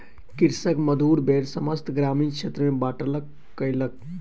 कृषक मधुर बेर समस्त ग्रामीण क्षेत्र में बाँटलक कयलक